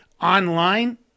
Online